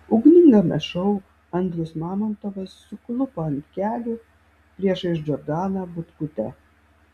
ugningame šou andrius mamontovas suklupo ant kelių priešais džordaną butkutę